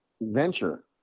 venture